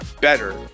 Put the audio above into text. better